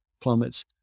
plummets